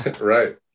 right